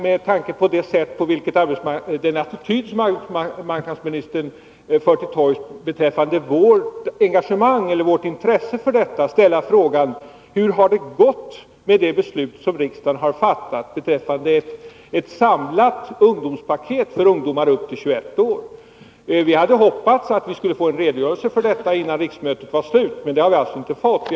Med tanke på den attityd som arbetsmarknadsministern för till torgs beträffande vårt intresse för detta vill jag ställa frågan: Hur har det gått med det beslut som riksdagen har fattat när det gäller ett samlat ungdomspaket för ungdomar upp till 21 år? Vi hade hoppats att vi skulle få en redogörelse för detta innan riksmötet var slut, men någon sådan har vi inte fått.